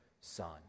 son